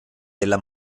della